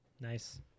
Nice